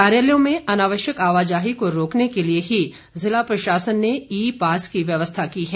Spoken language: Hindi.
कार्यालयों में अनावश्यक आवाजाही को रोकने के लिए ही जिला प्रशासन ने ई पास की व्यवस्था की है